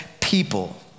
people